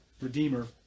Redeemer